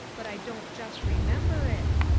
but i don't just remember it,